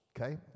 okay